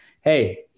hey